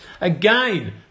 Again